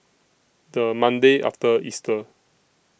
The Monday after Easter